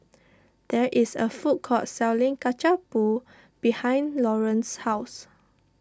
there is a food court selling Kacang Pool behind Laurance's house